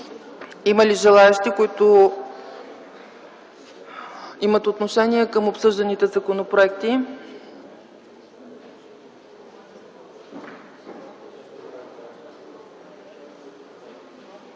Има ли желаещи, които имат отношение към обсъжданите законопроекти?